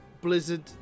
Blizzard